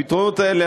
הפתרונות האלה,